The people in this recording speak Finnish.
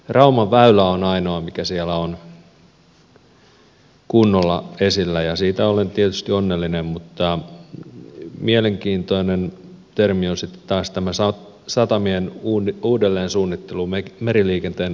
rauman väylä on ainoa mikä siellä on kunnolla esillä ja siitä olen tietysti onnellinen mutta mielenkiintoinen termi on sitten taas tämä satamien uudelleensuunnittelu meriliikenteen uudelleensuunnittelu